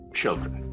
children